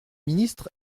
ministre